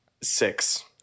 six